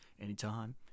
anytime